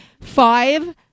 five